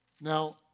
Now